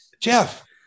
Jeff